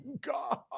God